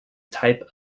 type